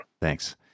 Thanks